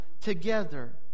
together